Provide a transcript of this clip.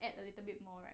add a little bit more right